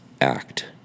act